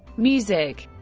music